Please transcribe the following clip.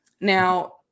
Now